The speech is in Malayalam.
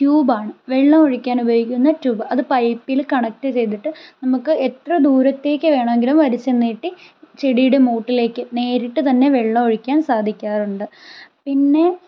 ട്യൂബ് ആണ് വെള്ളമൊഴിക്കാൻ ഉപയോഗിക്കുന്ന ട്യൂബ് അത് പൈപ്പിൽ കണക്റ്റ് ചെയ്തിട്ട് നമുക്ക് എത്ര ദൂരത്തേക്ക് വേണമെങ്കിലും വലിച്ച് നീട്ടി ചെടിയുടെ മൂട്ടിലേക്ക് നേരിട്ട് തന്നെ വെള്ളമൊഴിക്കാൻ സാധിക്കാറുണ്ട് പിന്നെ